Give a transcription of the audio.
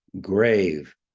grave